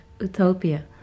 utopia